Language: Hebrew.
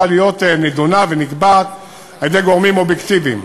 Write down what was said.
להידון ולהיקבע על-ידי גורמים אובייקטיביים.